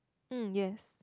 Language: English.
mm yes